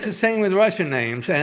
the same with russian names. and